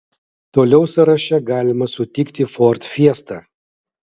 toliau sąraše galima sutikti ford fiesta